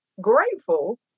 grateful